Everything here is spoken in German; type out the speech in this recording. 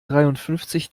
dreiundfünfzig